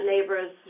neighbor's